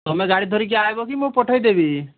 ତମେ ଗାଡ଼ି ଧରିକି ଆଇବ କି ମୁଁ ପଠେଇ ଦେବି